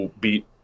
beat